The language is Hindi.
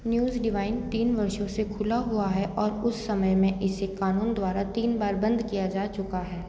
न्यूज़ डिवाइन तीन वर्षों से खुला हुआ है और उस समय में इसे कानून द्वारा तीन बार बंद किया जा चुका है